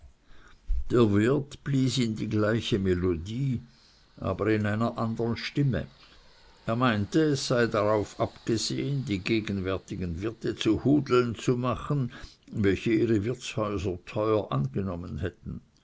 der wirt blies die gleiche melodie aber in einer andern stimme er meinte es sei darauf abgesehen die gegenwärtigen wirte zu hudeln zu machen welche ihre wirtshäuser teuer angenommen hätten